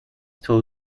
told